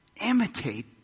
imitate